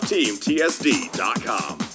TeamTSD.com